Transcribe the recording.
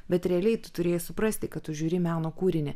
bet realiai tu turėjai suprasti kad tu žiūri į meno kūrinį